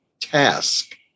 task